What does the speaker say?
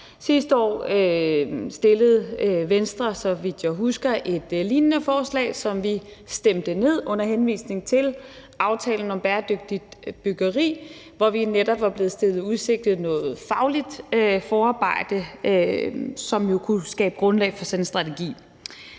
Sidste år fremsatte Venstre, så vidt jeg husker, et lignende forslag, som vi stemte ned under henvisning til aftalen om bæredygtigt byggeri, hvor vi netop var blevet stillet noget fagligt forarbejde i udsigt, som jo kunne skabe grundlag for sådan en strategi.